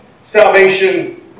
salvation